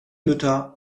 mütter